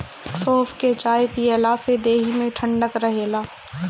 सौंफ के चाय पियला से देहि में ठंडक रहेला